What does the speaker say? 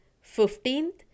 fifteenth